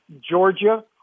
Georgia